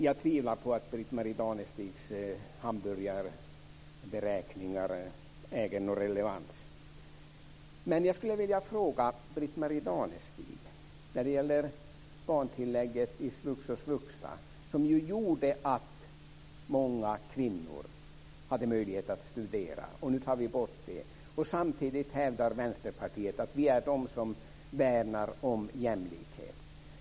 Jag tvivlar på att Britt-Marie Danestigs hamburgerberäkningar äger någon relevans. Jag skulle vilja ställa en fråga till Britt-Marie Danestig angående barntillägget i svux och svuxa. Det gjorde ju att många kvinnor hade möjlighet att studera. Nu tas de bort. Samtidigt hävdar ni i Vänsterpartiet att ni är de som värnar om jämlikhet.